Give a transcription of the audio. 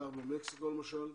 כך במקסיקו למשל.